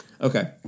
Okay